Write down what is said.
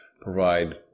provide